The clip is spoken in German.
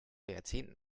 jahrzehnten